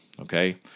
okay